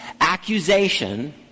Accusation